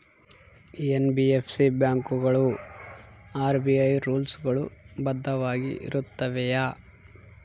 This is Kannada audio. ಎನ್.ಬಿ.ಎಫ್.ಸಿ ಬ್ಯಾಂಕುಗಳು ಆರ್.ಬಿ.ಐ ರೂಲ್ಸ್ ಗಳು ಬದ್ಧವಾಗಿ ಇರುತ್ತವೆಯ?